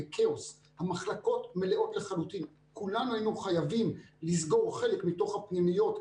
אני פותח את ישיבת הוועדה.